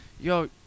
yo